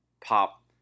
pop